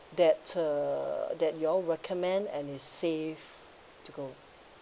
that uh that you all recommend and it's safe to go